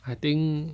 I think